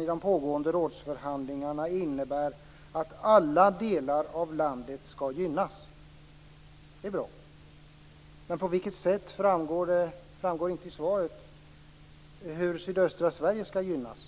i de pågående rådsförhandlingarna innebär, säger ministern, att alla delar av landet skall gynnas. Det är bra. Men på vilket sätt framgår inte i svaret. Det framgår inte hur sydöstra Sverige skall gynnas.